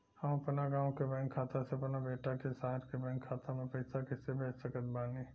हम अपना गाँव के बैंक खाता से अपना बेटा के शहर के बैंक खाता मे पैसा कैसे भेज सकत बानी?